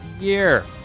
year